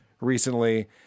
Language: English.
recently